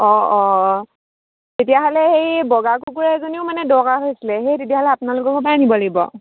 অঁ অঁ তেতিয়াহ'লে সেই বগা কুকুৰা এজনীও মানে দৰকাৰ হৈছিলে সেই তেতিয়াহ'লে আপোনালোকৰ ঘৰৰপৰাই নিব লাগিব